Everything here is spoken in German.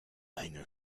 eine